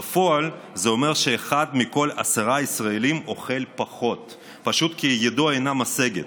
בפועל זה אומר שאחד מכל עשרה ישראלים אוכל פחות פשוט כי ידו אינה משגת,